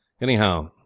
Anyhow